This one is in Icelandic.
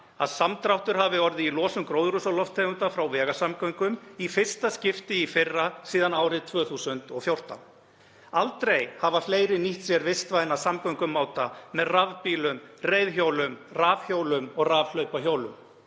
að samdráttur hefur orðið í losun gróðurhúsalofttegunda frá vegasamgöngum í fyrsta skipti í fyrra síðan árið 2014. Aldrei hafa fleiri nýtt sér vistvæna samgöngumáta með rafbílum, reiðhjólum, rafhjólum og rafhlaupahjólum.